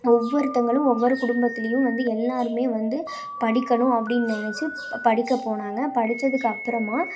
ஒவ்வொருத்தங்களும் ஒவ்வொரு குடும்பத்துலேயும் வந்து எல்லோருமே வந்து படிக்கணும் அப்படினு நெனைச்சி படிக்க போனாங்க படித்ததுக்கு அப்புறமா